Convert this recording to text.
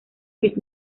luis